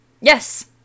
yes